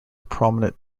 prominent